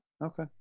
Okay